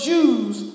Jews